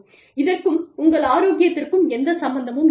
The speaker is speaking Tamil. இதற்கும் உங்கள் ஆரோக்கியத்திற்கும் எந்த சம்பந்தமும் இல்லை